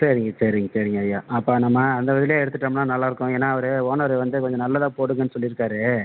சரிங்க சரிங்க சரிங்கய்யா அப்போ நம்ம அந்த அதுலேயே எடுத்துட்டுடோம்னா நல்லாயிருக்கும் ஏனால் அவரு ஓனர் வந்து கொஞ்சம் நல்லதா போடுங்கன்னு சொல்லிருக்காரு